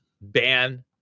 ban